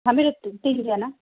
हामीहरू तिनजना